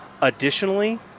Additionally